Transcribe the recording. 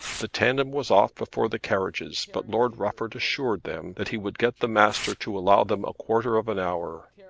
the tandem was off before the carriages, but lord rufford assured them that he would get the master to allow them a quarter of an hour.